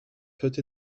put